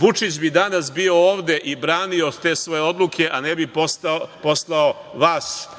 Vučić bi danas bio ovde i branio te svoje odluke, a ne bi poslao vas, koji